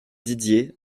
didier